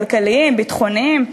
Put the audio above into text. כלכליים או ביטחוניים.